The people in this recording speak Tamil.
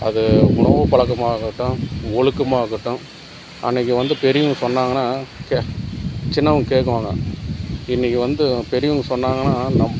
அது உணவு பழக்கமாக இருக்கட்டும் ஒழுக்கமாக இருக்கட்டும் அன்னைக்கு வந்து பெரியவங்க சொன்னாங்கனா கே சின்னவங்க கேட்குவாங்க இன்னைக்கு வந்து பெரியவங்க சொன்னாங்கன்னா நம்